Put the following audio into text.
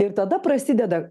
ir tada prasideda